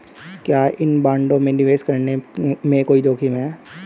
क्या इन बॉन्डों में निवेश करने में कोई जोखिम है?